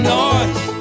noise